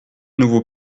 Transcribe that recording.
nouveaux